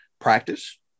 practice